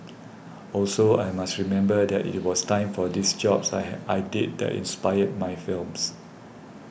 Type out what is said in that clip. also I must remember that it was time for these jobs I had I did that inspired my films